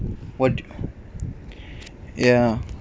what do ya